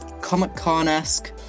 comic-con-esque